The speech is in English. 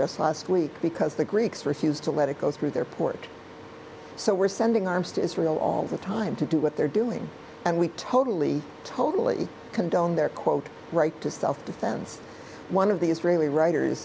just last week because the greeks refused to let it go through their port so we're sending arms to israel all the time to do what they're doing and we totally totally condone their quote right to self defense one of the israeli writers